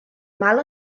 mal